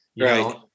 Right